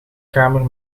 kamer